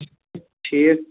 ٹھیٖک